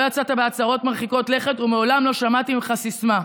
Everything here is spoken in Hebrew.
לא יצאת בהצהרות מרחיקות לכת ומעולם לא שמעתי ממך סיסמה.